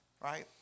Right